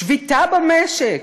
שביתה במשק.